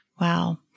Wow